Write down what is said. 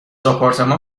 آپارتمان